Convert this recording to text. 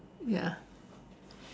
ya